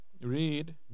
read